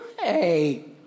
Hey